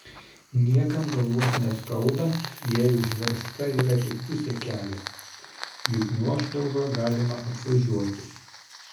niekam galvos neskauda jei užversta yra tik pusė kelio juk nuošliaužą galima apvažiuoti